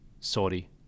sorry